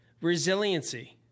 Resiliency